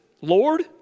Lord